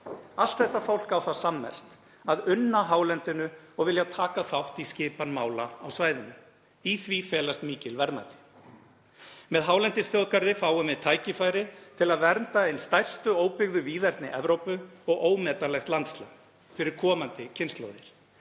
Allt þetta fólk á það sammerkt að unna hálendinu og vilja taka þátt í skipan mála á svæðinu. Í því felast mikil verðmæti. Með hálendisþjóðgarði fáum við tækifæri til að vernda ein stærstu óbyggðu víðerni Evrópu og ómetanlegt landslag fyrir komandi kynslóðir.